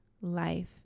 life